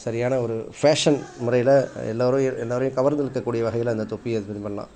சரியான ஒரு ஃபேஷன் முறையில் எல்லோரும் எல்லோரையும் கவர்ந்து இழுக்கக்கூடிய வகையில் அந்த தொப்பி அது இது பண்ணலாம்